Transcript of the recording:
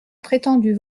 prétendue